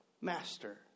master